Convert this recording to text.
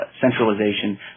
centralization